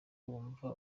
wumva